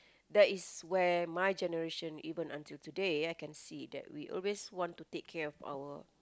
that is where my generation even until today I can see that we always want take care of our